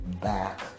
back